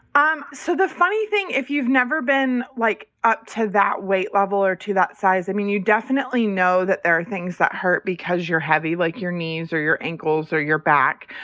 um so the funny thing, if you've never been like up to that weight level or to that size, i mean, you definitely know that there are things that hurt because you're heavy like your knees or your ankles or your back.